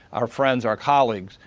our friends, our colleagues,